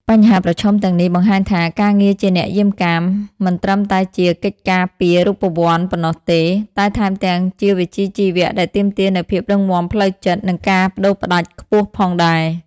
បញ្ហាប្រឈមទាំងនេះបង្ហាញថា ការងារជាអ្នកយាមកាមមិនត្រឹមតែជាកិច្ចការការពាររូបវន្តប៉ុណ្ណោះទេ តែថែមទាំងជាវិជ្ជាជីវៈដែលទាមទារនូវភាពរឹងមាំផ្លូវចិត្ត និងការប្តូរផ្តាច់ខ្ពស់ផងដែរ។